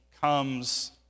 comes